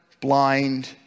blind